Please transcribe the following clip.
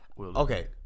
Okay